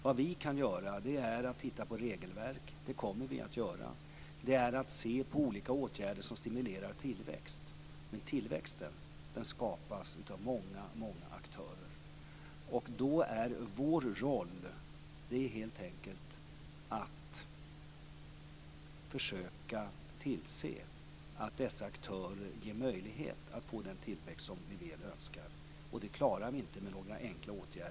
Vad vi kan göra det är att titta på regelverk, och det kommer vi att göra, och det är också att se på olika åtgärder som stimulerar tillväxt. Men tillväxten skapas av många, många aktörer. Då är vår roll helt enkelt att försöka tillse att dessa aktörer ger möjligheter att få den tillväxt som vi väl önskar. Det klarar vi inte med några enkla åtgärder.